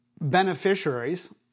beneficiaries